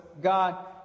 God